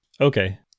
Okay